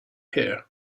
here